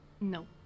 No